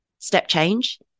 StepChange